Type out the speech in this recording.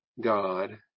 God